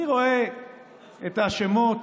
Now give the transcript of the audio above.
אני רואה את השמות